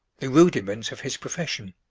the rudiments of his profession.